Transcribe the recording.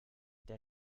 der